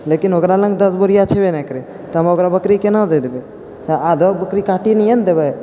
लेकिन ओकरा लग दस बोरिया छेबै नैहि करै तऽ हम ओकरा बकरी केना दै देबै आधा बकरी काटिके नहियै ने देबै